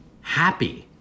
happy